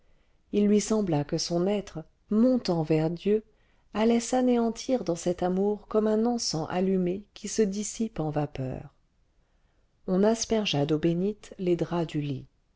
il lui sembla que son être montant vers dieu allait s'anéantir dans cet amour comme un encens allumé qui se dissipe en vapeur on aspergea d'eau bénite les draps du lit